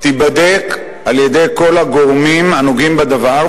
תיבדק על-ידי כל הגורמים הנוגעים בדבר,